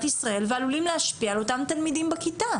ישראל ויכולים להשפיע על התלמידים בכיתה.